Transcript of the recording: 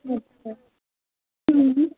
আচ্ছা হুম